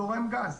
זורם גז.